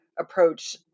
approach